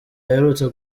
aherutse